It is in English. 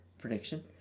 prediction